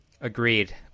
Agreed